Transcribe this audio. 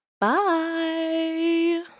bye